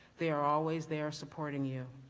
they are always there supporting you.